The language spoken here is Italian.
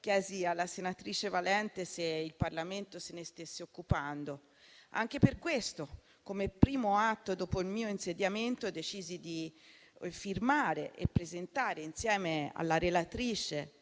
chiesi alla senatrice Valente se il Parlamento se ne stesse occupando. Anche per questo, come primo atto dopo il mio insediamento decisi di firmare e presentare, insieme alla relatrice